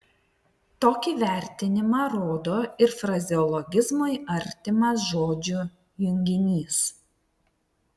tokį vertinimą rodo ir frazeologizmui artimas žodžių junginys